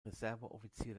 reserveoffizier